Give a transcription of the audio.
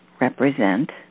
represent